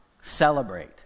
celebrate